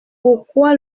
pourquoi